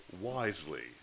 wisely